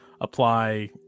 apply